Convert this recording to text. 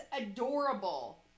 adorable